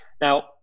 Now